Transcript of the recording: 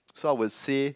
so I would say